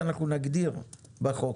אנחנו נגדיר בחוק